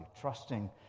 trusting